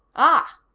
ah,